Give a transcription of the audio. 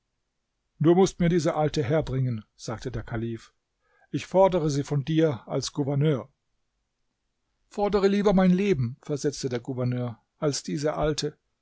du mußt mir diese alte herbringen sagte der kalif ich fordere sie von dir als gouverneur fordere lieber mein leben versetzte der gouverneur als diese alte